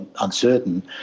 uncertain